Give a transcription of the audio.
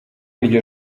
iryo